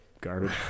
garbage